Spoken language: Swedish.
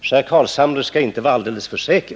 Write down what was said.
Så herr Carlshamre skall inte vara helt säker.